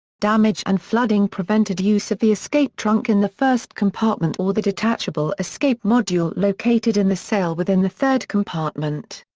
damage and flooding prevented use of the escape trunk in the first compartment compartment or the detachable escape module located in the sail within the third compartment.